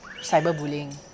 cyberbullying